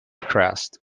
crest